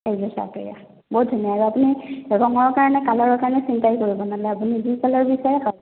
এইযোৰ চাওক এয়া বহুত ধুনীয়া আৰু আপুনি ৰঙৰ কাৰণে কালাৰৰ কাৰণে চিন্তাই কৰিব নালাগে আপুনি যি কালাৰ বিচাৰে পাই যাব